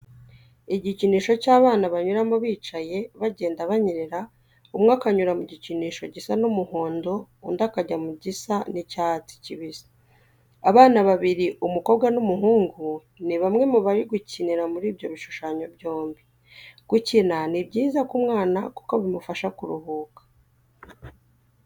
Igikinisho cy'abana banyuramo bicaye bagenda banyerera umwe akanyura mu gikinisho gisa n'umuhondo undi akajya mu gisa n'icyatsi kibisi. Abana babiri umukobwa n'umuhungu ni bamwe mu bari gukinira muri ibyo bishushanyo byombi. Gukina ni byiza k'umwana kuko bimufasha kuruhuka.